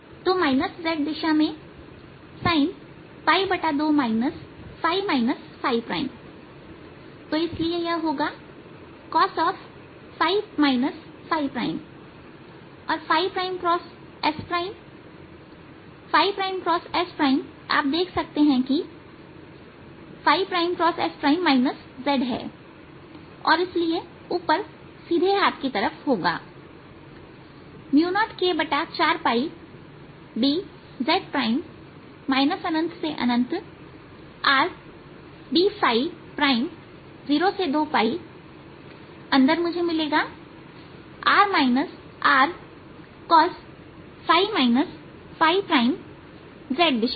तो z दिशा z दिशा sin2 तो इसलिए यह होगा cos और प्राइम x s प्राइम× sआप देख सकते हैं कि prime x s prime z है और इसलिए ऊपर सीधे हाथ की तरफ होगा 0k4 ∞ dz 02 Rd अंदर मुझे मिलेगा R rcos z दिशा में